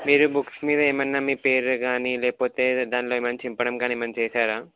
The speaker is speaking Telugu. మీరు బుక్స్ మీద ఏమన్న మీ పేరు కానీ లేకపోతే దాంట్లో ఏమన్న చింపడం కానీ ఏమన్న చేసారా